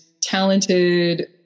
talented